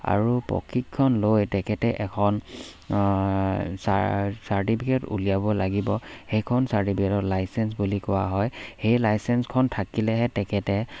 আৰু প্ৰশিক্ষণ লৈ তেখেতে এখন চা চাৰ্টিফিকেট উলিয়াব লাগিব সেইখন চাৰ্টিফিকেটক লাইচেঞ্চ বুলি কোৱা হয় সেই লাইচেঞ্চখন থাকিলেহে তেখেতে